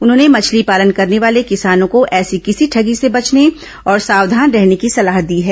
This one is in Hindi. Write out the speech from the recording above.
उन्होंने मछली पालन करने वाले किसानों को ऐसी किसी ठगी से बचने और सावधान रहने की सलाह दी है